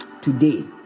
today